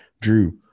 Drew